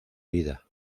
vida